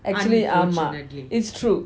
actually ஆமா:ama it's true